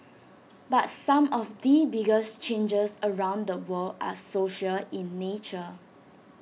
but some of the biggest changes around the world are social in nature